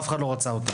אף אחד לא רצה אותה,